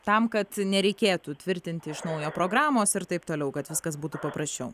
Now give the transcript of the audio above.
tam kad nereikėtų tvirtinti iš naujo programos ir taip toliau kad viskas būtų paprasčiau